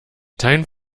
dein